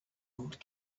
old